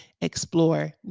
explore